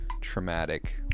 traumatic